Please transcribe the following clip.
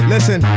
Listen